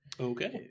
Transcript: Okay